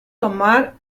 tomar